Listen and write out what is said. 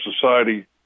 society